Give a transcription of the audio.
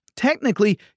Technically